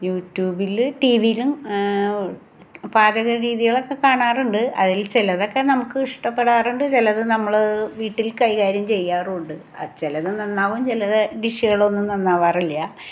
യൂട്യുബിൽ ടിവിയിലും പാചക രീതികളൊക്ക കാണാറുണ്ട് അതിൽ ചിലതൊക്കെ നമുക്ക് ഇഷ്ടപ്പെടാറുണ്ട് ചിലത് നമ്മൾ വീട്ടിൽ കൈകാര്യം ചെയ്യാറും ഉണ്ട് ആ ചിലത് നന്നാവും ചിലത് ഡിഷുകളൊന്നും നന്നാവാറില്ല